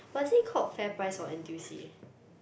but is it called FairPrice or N_T_U_C